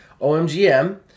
OMGM